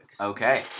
Okay